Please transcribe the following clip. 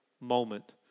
moment